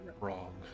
wrong